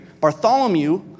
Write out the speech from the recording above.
Bartholomew